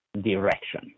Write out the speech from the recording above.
direction